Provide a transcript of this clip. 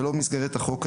ולא במסגרת החוק הזה.